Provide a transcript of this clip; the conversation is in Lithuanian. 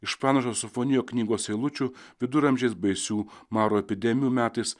iš pranašo sofonijo knygos eilučių viduramžiais baisių maro epidemijų metais